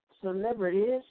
celebrities